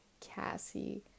Cassie